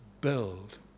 build